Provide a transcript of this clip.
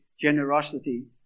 generosity